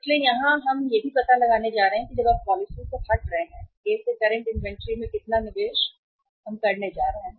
इसलिए यहां हम यह भी पता लगाने जा रहे हैं कि जब आप पॉलिसी से हट रहे हैं A से करंट इनवेंटरी में कितना निवेश हम करने जा रहे हैं